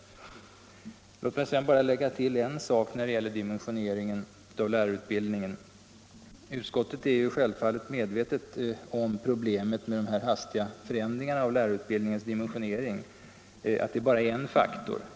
Beträffande dimensioneringen av lärarutbildningen vill jag bara göra ett tillägg. Vi har i utskottet självfallet varit medvetna om att den hastiga förändringen av lärarutbildningens dimensionering bara är en faktor.